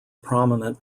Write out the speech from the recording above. prominent